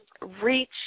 reach